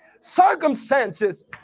circumstances